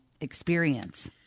experience